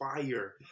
fire